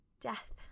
Death